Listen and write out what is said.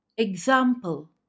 Example